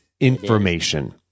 information